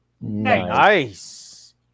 Nice